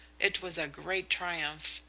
it was a great triumph.